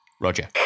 Roger